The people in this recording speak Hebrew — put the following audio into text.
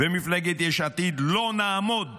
ומפלגת יש עתיד, לא נעמוד